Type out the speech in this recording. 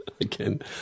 Again